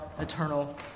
eternal